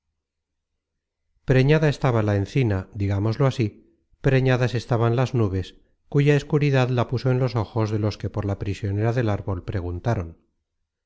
preñada estaba la encina digámoslo así preñadas estaban las nubes cuya escuridad la puso en los ojos de los que por la prisionera del árbol preguntaron